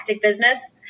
business